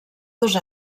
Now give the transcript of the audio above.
dos